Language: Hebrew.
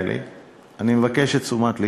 אני מבקש את תשומת לבך.